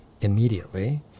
immediately